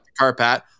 Carpat